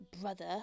brother